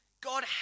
God